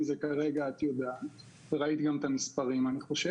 זה כרגע את יודעת ואת ראית גם את המספרים אני חושב.